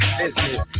business